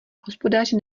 hospodáři